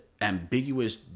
ambiguous